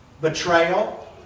betrayal